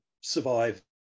survive